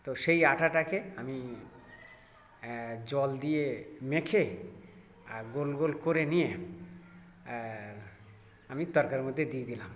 তো সেই আটাটাকে আমি জল দিয়ে মেখে আর গোল গোল করে নিয়ে আমি তরকারির মধ্যে দিয়ে দিলাম